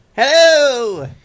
hello